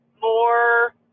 more